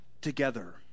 together